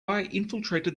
infiltrated